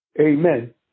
Amen